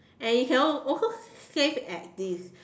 and it can also phase as this